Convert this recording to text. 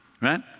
right